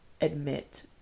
admit